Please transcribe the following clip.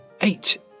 eight